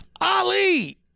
Ali